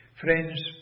friends